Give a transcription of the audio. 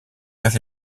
vers